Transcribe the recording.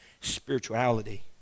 spirituality